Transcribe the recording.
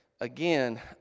again